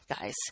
guys